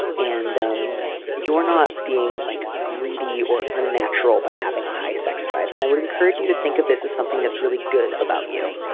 and um you're not being, like, greedy or unnatural by having a high sex drive. and i would encourage you to think of this as something that's really good about you.